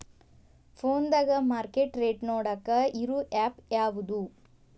ಫೋನದಾಗ market rate ನೋಡಾಕ್ ಇರು ಆ್ಯಪ್ ಯಾವದು?